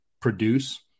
produce